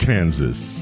Kansas